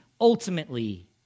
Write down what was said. ultimately